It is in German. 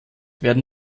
werden